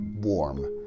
warm